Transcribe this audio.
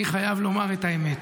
אני חייב לומר את האמת: